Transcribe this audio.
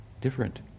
Different